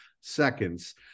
seconds